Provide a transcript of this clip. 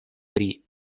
pri